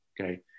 okay